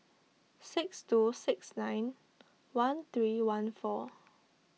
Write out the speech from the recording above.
six two six nine one three one four